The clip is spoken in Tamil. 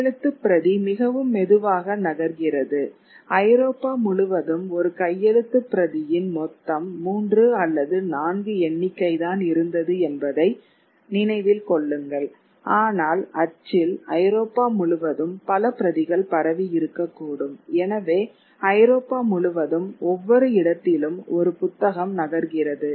கையெழுத்துப் பிரதி மிகவும் மெதுவாக நகர்கிறது ஐரோப்பா முழுவதும் ஒரு கையெழுத்துப் பிரதியின் மொத்தம் 3 அல்லது 4 எண்ணிக்கைதான் இருந்தது என்பதை நினைவில் கொள்ளுங்கள் ஆனால் அச்சில் ஐரோப்பா முழுவதும் பல பிரதிகள் பரவி இருக்கக்கூடும் எனவே ஐரோப்பா முழுவதும் ஒவ்வொரு இடத்திலும் ஒரு புத்தகம் நகர்கிறது